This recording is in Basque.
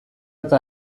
eta